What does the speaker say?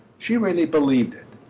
she really believed it.